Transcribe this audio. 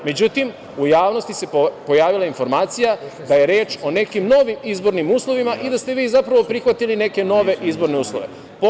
Međutim, u javnosti se pojavila informacija da je reč o nekim novim izbornim uslovima i da ste vi, zapravo, prihvatili neke nove izborne uslove.